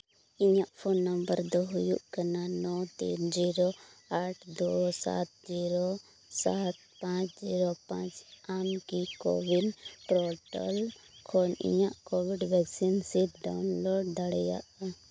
ᱤᱧᱟᱹᱜ phone number ᱫᱚ ᱦᱩᱭᱩᱜ ᱠᱟᱱᱟ ᱱᱚᱭ ᱛᱤᱱ ᱡᱤᱨᱳ ᱟᱴ ᱫᱩᱭ ᱥᱟᱛ ᱡᱤᱨᱳ ᱥᱟᱛ ᱯᱟᱸᱪ ᱮᱠ ᱯᱟᱸᱪ ᱟᱢ ᱠᱤ ᱠᱳ ᱣᱤᱱ ᱯᱨᱚᱴᱟᱞ ᱠᱷᱚᱱ ᱤᱧᱟᱹᱜ ᱠᱳᱵᱷᱤᱰ ᱵᱷᱮᱠᱥᱤᱱ ᱥᱤᱫ ᱰᱟᱣᱩᱱᱞᱳᱰ ᱫᱟᱲᱮᱭᱟᱜᱼᱟ